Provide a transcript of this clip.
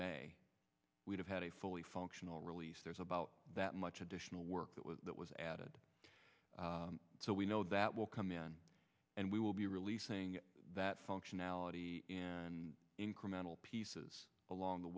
may we have had a fully functional release there's about that much additional work that was that was added so we know that will come in and we will be releasing that functionality in incremental pieces along the